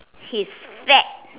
he's fat